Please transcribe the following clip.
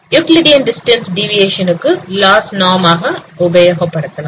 Euclidean distance deviation க்கு loss நாம் ஆக உபயோகப்படுத்தலாம்